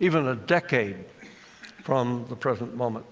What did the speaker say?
even a decade from the present moment.